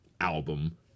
album